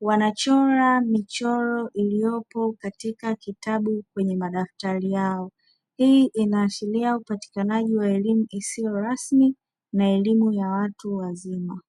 wanachora michoro iliyopo katika kitabu kwenye madaftari yao, hii inaashiria upatikanaji wa elimu isiyorasmi na elimu ya watu wazima.